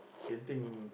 Genting